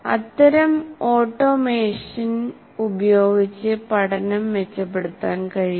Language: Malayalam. അത്തരം ഓട്ടോമേഷൻ ഉപയോഗിച്ച് പ്രകടനം മെച്ചപ്പെടുത്താൻ കഴിയും